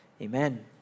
amen